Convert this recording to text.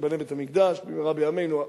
כשייבנה בית-המקדש במהרה בימינו,